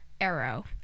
Arrow